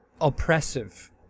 oppressive